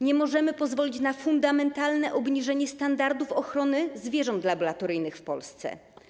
Nie możemy pozwolić na fundamentalne obniżenie standardów ochrony zwierząt laboratoryjnych w Polsce.